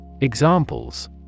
Examples